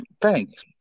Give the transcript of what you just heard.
Thanks